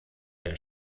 der